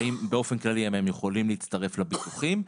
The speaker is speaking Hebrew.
האם באופן כללי הם יכולים להצטרף לביטוחים,